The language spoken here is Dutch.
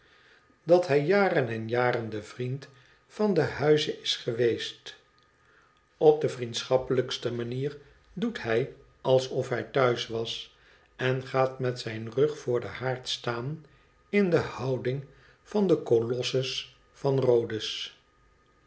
dat hij er jaren en jaren de vriend van den huize is geweest op de vriendschappelijkste manier doet hij alsof hij thuis was en gaat met zijn rug voor den haard staan in de houding van den kolossus van rhodes